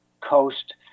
coast